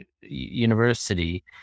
university